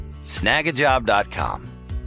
snagajob.com